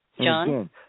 John